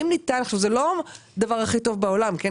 זה לא הדבר הכי טוב בעולם, כן?